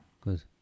Good